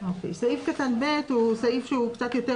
סעיף קטן (ב) הוא סעיף שהוא קצת יותר